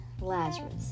Lazarus